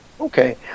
Okay